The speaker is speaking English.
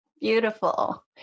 Beautiful